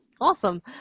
Awesome